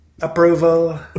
approval